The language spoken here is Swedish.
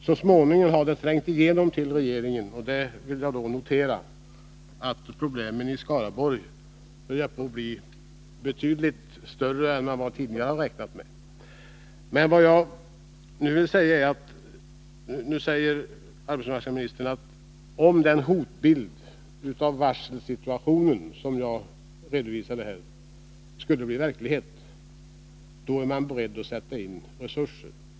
Så småningom har det trängt igenom till regeringen — och det vill jag då notera — att problemen i Skaraborg börjar bli betydligt större än vad man tidigare räknat med. Nu säger arbetsmarknadsministern att om den hotbild av varselsituationen som jag redovisade här skulle bli verklighet, är man beredd att sätta in resurser.